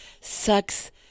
sucks